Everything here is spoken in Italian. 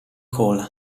cole